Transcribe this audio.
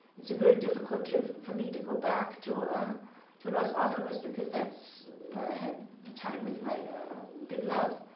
it's a very difficult trip for me to go back to um to los alamos, because that's where i had time with my big love.